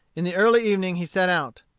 in the early evening he set out.